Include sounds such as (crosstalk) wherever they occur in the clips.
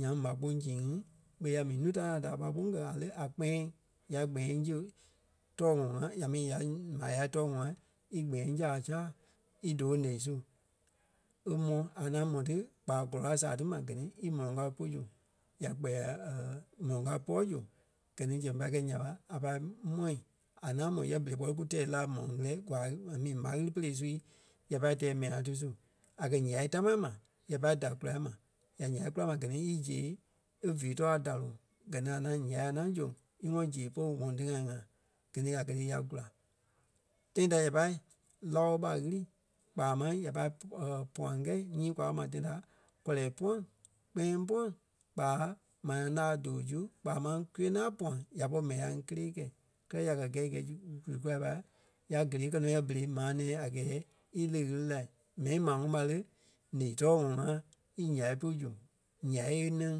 Nyaŋ m̀á-kpoŋ sii ŋí ɓé ya mii núu da-ŋai da m̀á-kpoŋ kɛ a le a kpɛ̃́ɛŋ. Ya gbɛ̃́ɛŋ zi- tɔɔ ŋɔŋ ŋa ya mi ya m̀á yái tɔɔ ŋɔŋ ŋa í gbɛ̃́ɛŋ zàa-saa í doo ǹeɣii su e mɔ́. A ŋaŋ mɔ́ ti kpaa gɔlɔ a sàa ti ma gɛ ni í mɔlɔŋ kao pú zu. Ya kpɛɛ (hesitation) mɔlɔŋ kao púɔɔ zu gɛ ni zɛŋ pai kɛi nya ɓa a pâi mɔ̂i. A ŋaŋ mɔ́ yɛ berei kpɔ́ kú tɛɛ ti la a mɔlɔŋ ɣilíɛɛ kwaa a mi m̀á ɣili pere sui ya pai tɛɛ mɛni ŋai ti su. A kɛ̀ ǹyai tamaa ma, ya pâi da kula ma. Ya ǹyai kula ma gɛ ni ízee e vii tɔɔ a daloŋ gɛ ni a ŋaŋ ya a ŋaŋ zoŋ í ŋɔnɔ zee polu ŋɔŋ téɣa ŋa. Gɛ ni a kɛ̀ ti ya kula. Tãi ta ya pâi láo ɓá ɣili kpaa máŋ ya pâi (hesitation) puaŋ kɛi nyii kwa kɛ́ ma tãi ta, kɔlɛɛ puaŋ, kpɛ̃́ɛŋ puaŋ kpaa manaa láa dòo zu kpaa máŋ kwiyeŋ láa puaŋ ya pɔri mɛni ŋai kelee kɛi. Kɛ́lɛ ya kɛ gɛi gɛɛ zu- zu kulai ɓa ya gélee kɛ nɔ yɛ berei maa nɛ̃ɛ a gɛɛ í leɣi ɣili la. Mɛni maa ŋuŋ ɓa le, ǹeɣii tɔɔ ŋɔŋ ŋa í ǹyai pú zu, ǹyai e nɛŋ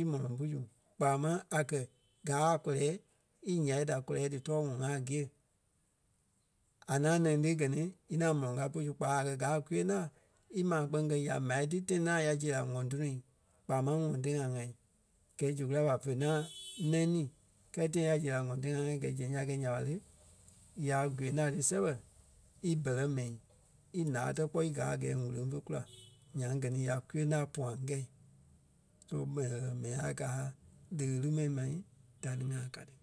í m̀ɔlɔŋ pu zu. Kpaa máŋ a kɛ̀ gáa a kɔlɛɛ í ǹyai da kɔlɛɛ dí tɔɔ ŋɔŋ ŋa a gîe. A ŋaŋ nɛŋ ti gɛ ni iŋaŋ mɔlɔŋ kao pú zu kpaa a kɛ̀ gáa a kwiyeŋ laa ímaa kpɛŋ kɛ ya m̀á ti tãi ŋaŋ ya zee la ŋɔŋ tùnuu kpaa máŋ ŋɔŋ téɣa ŋa. Gɛɛ zu kula ɓa ve ŋaŋ nɛŋ-ní kɛɛ tãi a zee la ŋɔŋ ti gɛɛ zɛŋ ya gɛi nya ɓa le, ya gwiyeŋ laa ti sɛbɛ í bɛlɛ mɛi í ǹá tɛ̀ kpɔ́ í gaa a gɛɛ ŋ̀úleŋ fé kula. Nyaŋ gɛ ni ya kwiyeŋ laa puaŋ kɛi. So mɛni (hesitation) mɛni ŋai gaa di ɣili mɛni mai da ní ŋai ka ti.